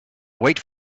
wait